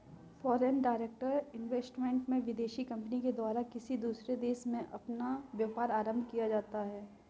foreign direct investment में विदेशी company के द्वारा किसी दूसरे देश में अपना व्यापार आरंभ किया जाता है